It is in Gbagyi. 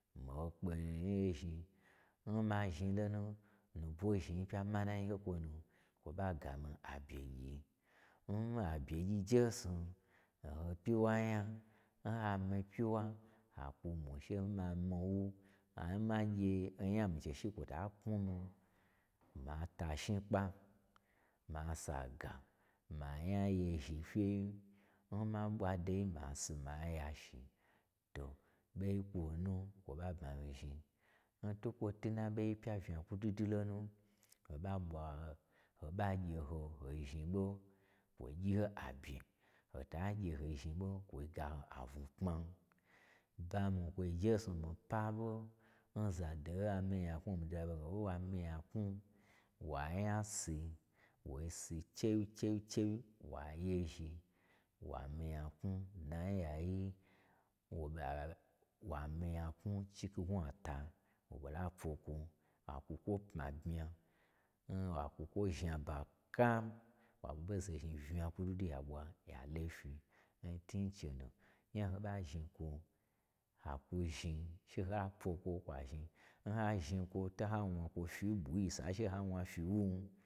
Mii kpe nya gye zhni, n ma zhni lonu nubwo zhni yi pya manai ye kwo nuy kwo ɓa gamii abye gyi. N abye gyi njesnu, o hopyiwa nya, n ha misi pyiwa, ha kwu mwui che mii ye ma myi n wu, an magye onya n mii che shi kwo ta knwu mii ma tashni kpa, ma saga, ma nya yezhi fyewyi. Nma ɓwa deyi ma si ma yashi. To ɓei n kwo nu kwo ɓa bma mii zhni, n twukwo twu na ɓei pya vnya gwu dwudwu. lonu ho ɓa ɓwa o-ho ɓa gye ho hoi zhni ɓo kwo gyi abye, ho ta gye ho zhni ɓo kwo ga ho aunu kpma n bamii n kwoi njesnu mii pa ɓo n za do ye wa mii nyabmwu o mii dida ɓo gna nwa mi-i nyabnwu wa nyasi, wo si chewyi chewyi chewyi wa yezhi, wa mi-i nyaknwu dna nyayo, wo ɓoa wa mi-i nyaknwu chikyi ngnwa ta, wo ɓo la pwo kwo, wa kwu kwo pma bmya, n wa kwiu kwo zhna ba kam, wa kwu ɓo zo zhni vnya gwudwudwu, ya ɓwa ya lofyi, n twu n chenu, nya n hoɓa zhni kwo, ha kwo zhni she ha pwo kwo kwa zhni. N ha zhni kwo ta ha wna kwo fyi n ɓwiyi n sayi she ha wna fyi nwu